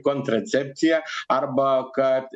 kontracepciją arba kad